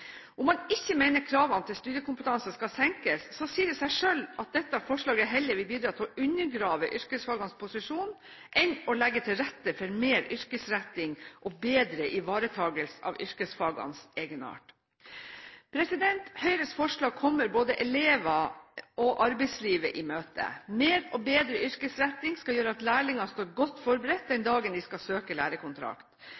Om man ikke mener at kravene til studiekompetanse skal senkes, sier det seg selv at dette forslaget heller vil bidra til å undergrave yrkesfagenes posisjon enn å legge til rette for mer yrkesretting og bedre ivaretakelse av yrkesfagenes egenart. Høyres forslag kommer både elever og arbeidslivet i møte. Mer og bedre yrkesretting skal gjøre at lærlingene står godt forberedt